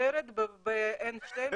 כותרת ב-N12